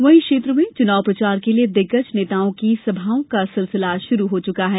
वहीं इस क्षेत्र में चुनाव प्रचार के लिए दिग्गज नेताओं की सभाओं का सिलसिला शुरू हो चुका है